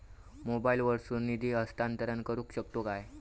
मोबाईला वर्सून निधी हस्तांतरण करू शकतो काय?